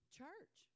church